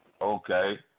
Okay